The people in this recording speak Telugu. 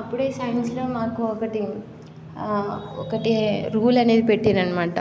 అప్పుడే సైన్స్లో మాకు ఒకటి ఒకటి రూల్ అనేది పెట్టారు అన్నమాట